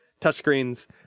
touchscreens